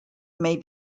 may